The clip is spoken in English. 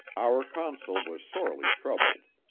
our consul was sorely troubled.